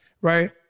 right